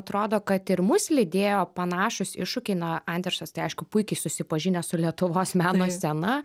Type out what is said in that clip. atrodo kad ir mus lydėjo panašūs iššūkiai na andersas tai aišku puikiai susipažinęs su lietuvos meno scena